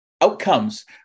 outcomes